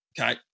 Okay